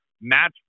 match